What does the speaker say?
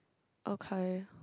okay